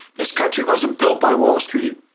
this country wasn't built by wall street,